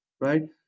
right